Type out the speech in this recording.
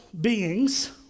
beings